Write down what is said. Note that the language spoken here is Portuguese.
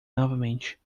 novamente